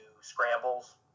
scrambles